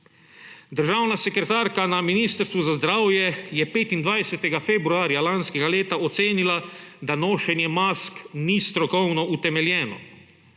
Državna sekretarka na Ministrstvu za zdravje je 25. februarja lanskega leta ocenila, da nošenje mask ni strokovno utemeljeno.